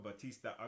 Batista